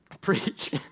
Preach